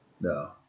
No